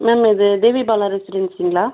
ma'am இது தேவிபாலா ரெசிடன்சிங்களா